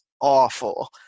awful